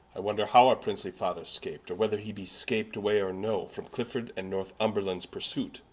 i wonder how our princely father scap't or whether he be scap't away, or no, from cliffords and northumberlands pursuit?